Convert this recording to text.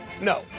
No